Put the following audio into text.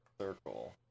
circle